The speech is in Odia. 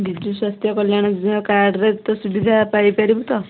ବିଜୁ ସ୍ୱାସ୍ଥ୍ୟ କଲ୍ୟାଣ ଯୋଜନା କାର୍ଡ଼ ରେ ଏତେ ସୁବିଧା ପାଇପାରିବୁ ତ